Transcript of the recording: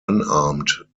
unarmed